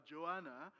Joanna